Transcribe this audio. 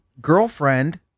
girlfriend